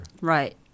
Right